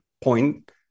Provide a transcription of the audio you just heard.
point